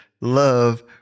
love